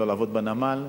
לעבוד בנמל,